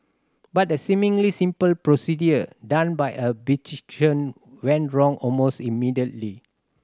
but the seemingly simple procedure done by a beautician went wrong almost immediately